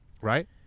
right